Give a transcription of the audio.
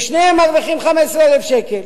ושניהם מרוויחים 15,000 שקל,